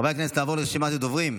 חברי הכנסת, נעבור לרשימת הדוברים.